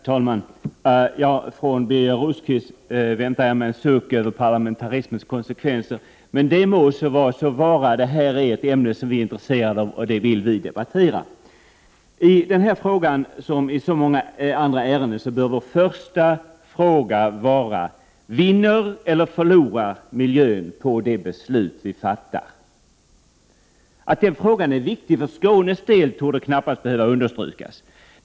binderserna Herr talman! Från Birger Rosqvist väntar jag mig en suck över parlamentarismens konsekvenser, men det må så vara — detta är ett ämne som vi i miljöpartiet är intresserade av och som vi vill debattera. I denna fråga som i så många andra ärenden bör den första frågan vara: Vinner eller förlorar miljön på det beslut riksdagen fattar? Att den frågan är viktig för Skånes del torde knappast behöva understrykas.